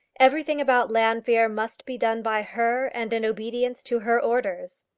everything about llanfeare must be done by her and in obedience to her orders.